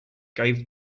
gave